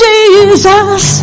Jesus